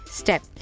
step